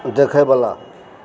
देखयवला